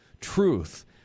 truth